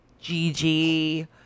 Gigi